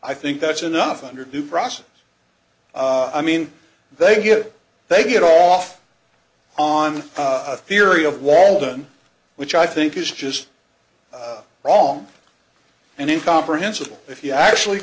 i think that's enough under due process i mean they get they get off on a theory of walden which i think is just wrong and in comprehensible if you actually